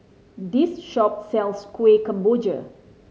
this shop sells Kuih Kemboja